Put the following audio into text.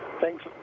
Thanks